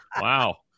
Wow